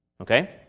Okay